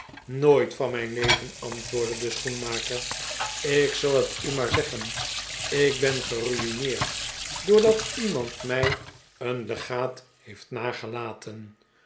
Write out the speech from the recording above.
nooit van mijn leven antwoordde de schoenmaker ik zal het u maar zeggen ik ben gerui'neerd doordat iemand mij een legaat heeft nagelaten